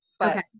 Okay